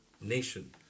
nation